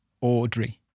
Audrey